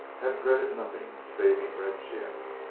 had dreaded nothing saving red jim,